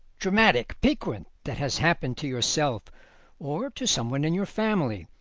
dramatic, piquant that has happened to yourself or to someone in your family,